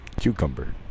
cucumber